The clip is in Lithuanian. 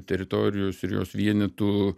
teritorijos ir jos vienetų